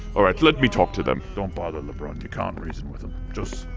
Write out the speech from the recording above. alright, let me talk to them. don't bother, lebron. you can't reason with them. just.